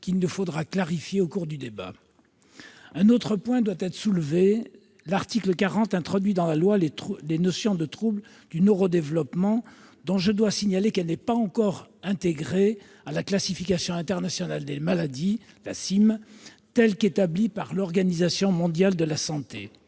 qu'il nous faudra clarifier au cours du débat. Un autre point doit être soulevé. L'article 40 introduit dans la loi la notion de troubles du neuro-développement, dont je dois signaler qu'elle n'est pas encore intégrée à la classification internationale des maladies, la CIM, telle qu'établie par l'Organisation mondiale de la santé.